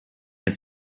its